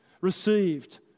received